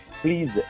Please